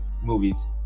movies